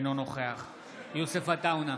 אינו נוכח יוסף עטאונה,